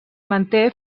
manté